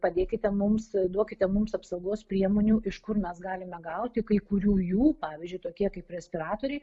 padėkite mums duokite mums apsaugos priemonių iš kur mes galime gauti kai kurių jų pavyzdžiui tokie kaip respiratoriai